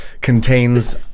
contains